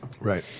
Right